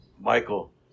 Michael